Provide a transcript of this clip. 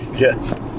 yes